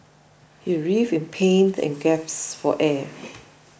he writhed in pains and gasped for air